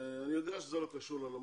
אני יודע שזה לא קשור לנמל,